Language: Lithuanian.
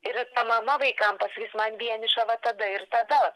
ir mama vaikam pasakys man vieniša va tada ir tada